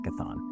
hackathon